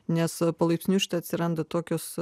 nes palaipsniui atsiranda tokios